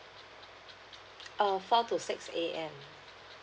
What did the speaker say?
uh four to six A_M